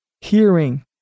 hearing